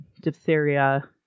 diphtheria